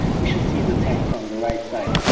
we should see the tank from the right side.